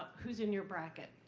who's in your bracket?